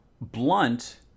blunt